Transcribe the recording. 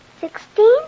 Sixteen